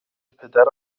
پدر